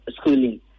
schooling